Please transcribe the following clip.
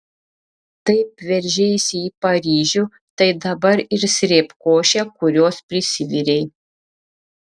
taip veržeisi į paryžių tai dabar ir srėbk košę kurios prisivirei